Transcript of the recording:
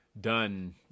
done